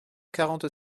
quarante